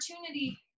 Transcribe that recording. opportunity